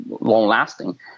long-lasting